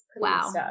wow